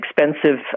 expensive